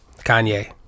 Kanye